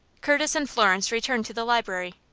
curtis and florence returned to the library.